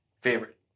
Favorite